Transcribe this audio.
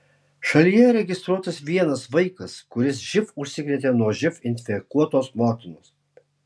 šalyje registruotas vienas vaikas kuris živ užsikrėtė nuo živ infekuotos motinos